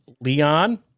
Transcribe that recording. Leon